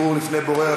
ערעור בפני בורר),